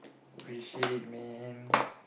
appreciate it man